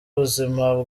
buzima